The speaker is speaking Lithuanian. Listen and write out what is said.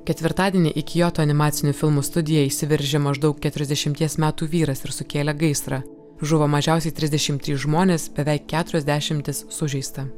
ketvirtadienį į kioto animacinių filmų studiją įsiveržė maždaug keturiasdešimties metų vyras ir sukėlė gaisrą žuvo mažiausiai trisdešim trys žmonės beveik keturios dešimtys sužeista